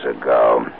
ago